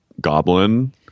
goblin